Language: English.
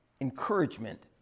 encouragement